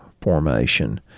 formation